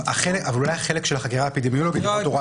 אולי החלק של החקירה האפידמיולוגית כהוראת שעה.